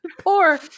Poor